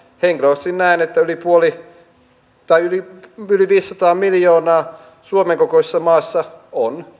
henkilökohtaisesti näen että yli viisisataa miljoonaa suomen kokoisessa maassa on